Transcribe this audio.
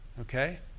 Okay